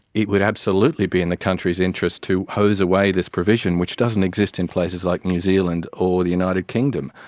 it would absolutely be in the country's interest to hose away this provision which doesn't exist in places like new zealand or the united kingdom.